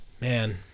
man